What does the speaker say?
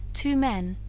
two men,